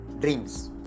dreams